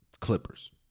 Clippers